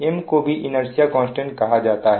M को भी inertia constant कहा जाता है